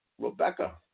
Rebecca